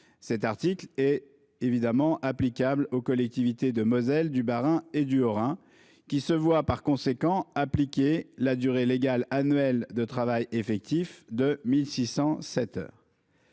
Cet article concerne évidemment les collectivités de Moselle, du Bas-Rhin et du Haut-Rhin, qui se voient, par conséquent, appliquer la durée légale annuelle de travail effectif de 1 607 heures.